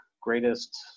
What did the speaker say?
greatest